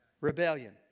Rebellion